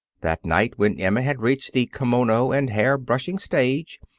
that night, when emma had reached the kimono and hair-brushing stage,